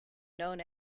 known